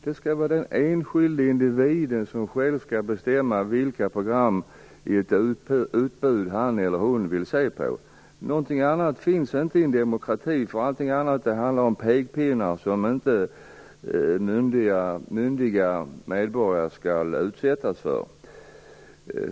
Det skall vara den enskilde individen som själv skall bestämma vilka program i ett utbud han eller hon vill se på. Någonting annat finns inte i en demokrati. Allting annat handlar nämligen om pekpinnar, som inte myndiga medborgare skall utsättas för.